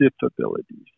disabilities